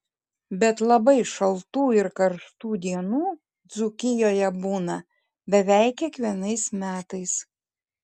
bet labai šaltų ir karštų dienų dzūkijoje būna beveik kiekvienais metais